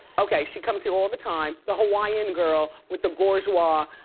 okay, she comes here all the time. the hawaiian girl with the gorgois,